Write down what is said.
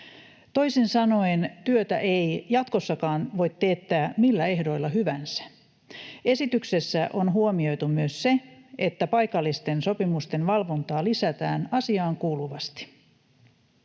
toisin sanoen työtä ei jatkossakaan voi teettää millä ehdoilla hyvänsä. Esityksessä on huomioitu myös se, että paikallisten sopimusten valvontaa lisätään asiaankuuluvasti.